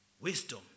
wisdom